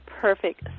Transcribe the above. perfect